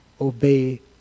obey